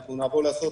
אנחנו נבוא לעשות